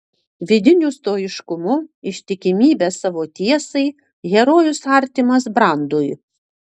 vidiniu stoiškumu ištikimybe savo tiesai herojus artimas brandui